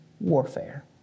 warfare